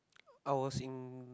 I was in